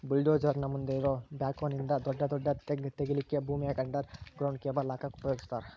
bulldozer ನ ಮುಂದ್ ಇರೋ ಬ್ಯಾಕ್ಹೊ ನಿಂದ ದೊಡದೊಡ್ಡ ತೆಗ್ಗ್ ತಗಿಲಿಕ್ಕೆ ಭೂಮ್ಯಾಗ ಅಂಡರ್ ಗ್ರೌಂಡ್ ಕೇಬಲ್ ಹಾಕಕ್ ಉಪಯೋಗಸ್ತಾರ